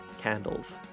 candles